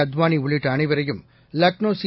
அத்வானி உள்ளிட்ட அனைவரையும் லக்னோ சி